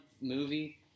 movie